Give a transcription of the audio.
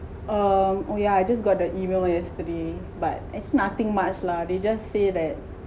um oh yeah I just got the email yesterday but actually nothing much lah they just say that